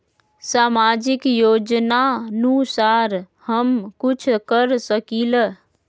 सामाजिक योजनानुसार हम कुछ कर सकील?